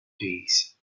peace